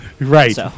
Right